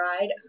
ride